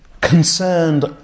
concerned